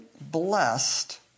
blessed